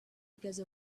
because